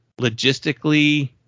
logistically